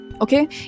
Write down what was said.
okay